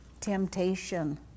temptation